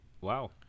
Wow